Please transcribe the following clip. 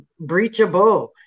breachable